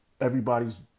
everybody's